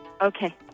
okay